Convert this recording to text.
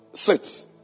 Sit